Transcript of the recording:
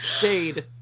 shade